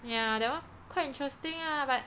ya that one quite interesting ah but